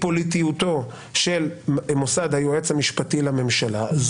פוליטיותו של מוסד היועץ המשפטי לממשלה.